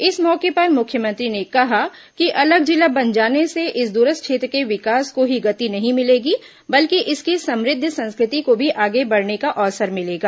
इस मौके पर मुख्यमंत्री ने कहा कि अलग जिला बन जाने से इस दूरस्थ क्षेत्र के विकास को ही गति नहीं मिलेगी बल्कि इसकी समृद्ध संस्कृति को भी आगे बढ़ने का अवसर मिलेगा